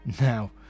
now